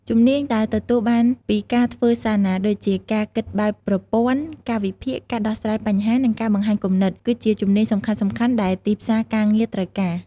ជំនាញដែលទទួលបានពីការធ្វើសារណា ដូចជាការគិតបែបប្រព័ន្ធ ការវិភាគ ការដោះស្រាយបញ្ហា និងការបង្ហាញគំនិត គឺជាជំនាញសំខាន់ៗដែលទីផ្សារការងារត្រូវការ។